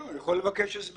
לא, הוא יכול לבקש הסברים.